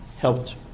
helped